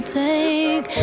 take